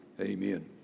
Amen